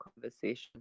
conversation